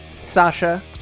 Sasha